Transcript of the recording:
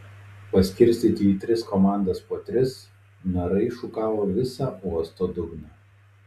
paskirstyti į tris komandas po tris narai šukavo visą uosto dugną